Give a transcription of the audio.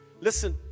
Listen